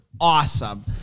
awesome